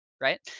right